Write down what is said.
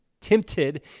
tempted